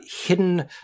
hidden